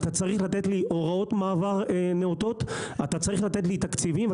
הוראות מעבר נאותות ותקציבים,